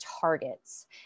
targets